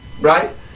Right